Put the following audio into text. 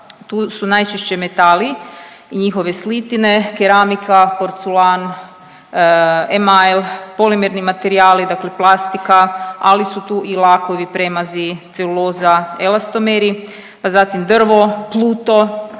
Tu su najčešće metali i njihove slitine, keramika, porculan, emajl, polimerni materijali dakle plastika, ali su tu i lakovi, premazi, celuloza, elastomeri, pa zatim drvo, pluto